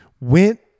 went